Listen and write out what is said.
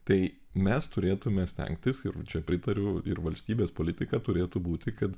tai mes turėtume stengtis ir čia pritariu ir valstybės politika turėtų būti kad